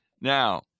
Now